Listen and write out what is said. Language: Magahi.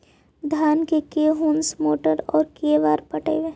धान के के होंस के मोटर से औ के बार पटइबै?